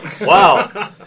Wow